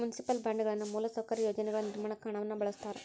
municipal ಬಾಂಡ್ಗಳನ್ನ ಮೂಲಸೌಕರ್ಯ ಯೋಜನೆಗಳ ನಿರ್ಮಾಣಕ್ಕ ಹಣವನ್ನ ಬಳಸ್ತಾರ